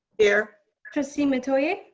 here. trustee metoyer.